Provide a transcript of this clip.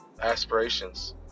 aspirations